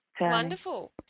wonderful